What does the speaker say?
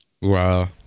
Wow